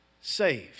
saved